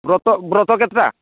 ବ୍ରତ ବ୍ରତ କେତେଟା